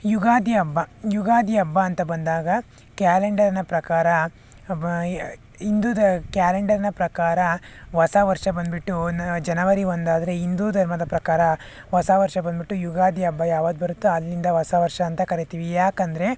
ಯುಗಾದಿ ಹಬ್ಬ ಯುಗಾದಿ ಹಬ್ಬ ಅಂತ ಬಂದಾಗ ಕ್ಯಾಲೆಂಡರಿನ ಪ್ರಕಾರ ಇಂದೂ ದ ಕ್ಯಾಲೆಂಡರಿನ ಪ್ರಕಾರ ಹೊಸ ವರ್ಷ ಬಂದ್ಬಿಟ್ಟು ಜನವರಿ ಒಂದಾದರೆ ಹಿಂದೂ ಧರ್ಮದ ಪ್ರಕಾರ ಹೊಸ ವರ್ಷ ಬಂದ್ಬಿಟ್ಟು ಯುಗಾದಿ ಹಬ್ಬ ಯಾವಾಗ ಬರುತ್ತೋ ಅಲ್ಲಿಂದ ಹೊಸ ವರ್ಷ ಅಂತ ಕರೀತೀವಿ ಯಾಕೆಂದರೆ